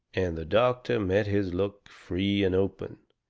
and the doctor met his look free and open.